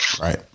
Right